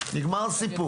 נגמר הסיפור.